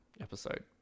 episode